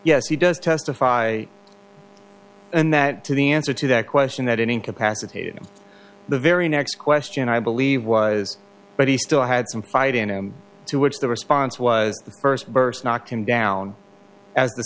yes he does testify and that to the answer to that question that incapacitated the very next question i believe was but he still had some fight in him to which the response was the first burst knocked him down as the